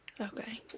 Okay